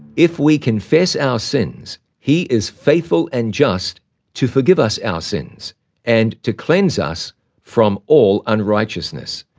if we confess our sins, he is faithful and just to forgive us our sins and to cleanse us from all unrighteousness.